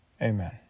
amen